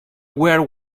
were